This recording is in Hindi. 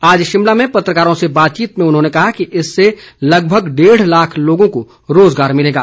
आज शिमला में पत्रकारों से बातचीत में उन्होंने कहा कि इससे लगभग डेढ़ लाख लोगों को रोज़गार मिलेगा